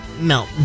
melt